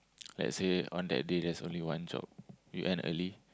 let's say on that day there's only one job you end early